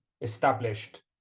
established